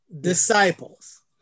disciples